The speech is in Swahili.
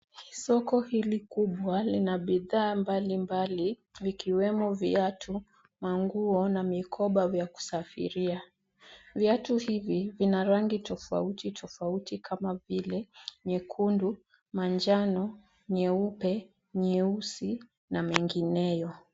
Soko hili kubwa lina bidhaa mbalimbali vikiwemo viatu, manguo na mikoba vya kusafiria. Viatu hivi vina rangi tofauti tofauti kama vile nyekundu, manjano, nyeupe, nyeusi na mengineyo.